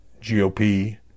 GOP